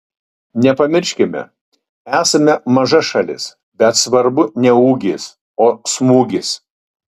nepamirškime esame maža šalis bet svarbu ne ūgis o smūgis